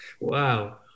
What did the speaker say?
Wow